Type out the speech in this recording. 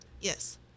Yes